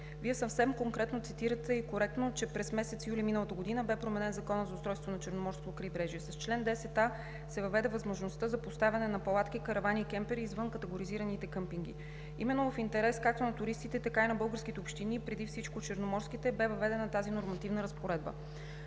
Вие съвсем конкретно и коректно цитирате, че през месец юли миналата година беше променен Законът за устройството на Черноморското крайбрежие. С чл. 10а се въведе възможността за поставяне на палатки, каравани и кемпери извън категоризираните къмпинги. Именно в интерес както на туристите, така и на българските общини и преди всичко черноморските, беше въведена тази нормативна разпоредба.